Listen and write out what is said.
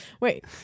wait